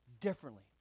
differently